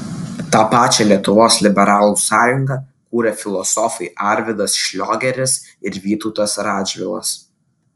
tą pačią lietuvos liberalų sąjungą kūrė filosofai arvydas šliogeris ir vytautas radžvilas